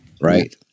right